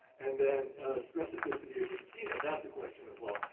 and then specificity of the subpoena, that's a question of law.